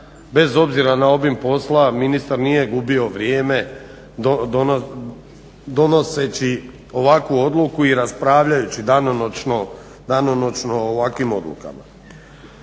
bez obzira na obim posla ministar nije gubio vrijeme donoseći ovakvu odluku i raspravljajući danonoćno o ovakvim odlukama.